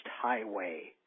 Highway